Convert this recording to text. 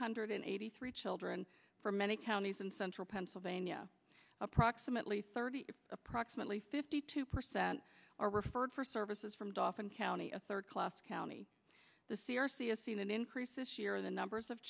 hundred eighty three children from many counties in central pennsylvania approximately thirty approximately fifty two percent are referred for services from dolphin county a third class county the c r c is seen an increase this year the numbers